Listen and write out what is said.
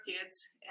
kids